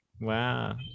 Wow